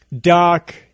Doc